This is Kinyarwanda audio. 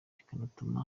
bikanatuma